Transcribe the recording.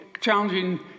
challenging